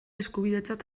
eskubidetzat